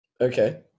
Okay